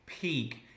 peak